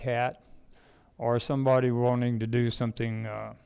cat or somebody wanting to do something